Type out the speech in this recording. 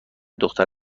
دختر